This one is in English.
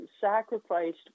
sacrificed